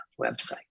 website